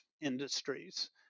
industries